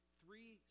three